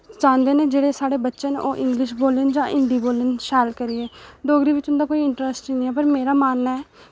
चाह्ंदे न जेह्ड़े साढ़े बच्चे न ओ इंग्लिश बोलन जां हिंदी बोलन शैल करियै डोगरी बिच उं'दा कोई इंटरेस्ट निं ऐ पर मेरा मन्नना ऐ